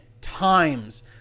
times